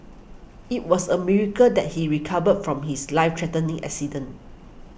it was a miracle that he recovered from his life threatening accident